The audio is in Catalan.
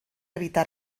evitar